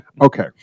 Okay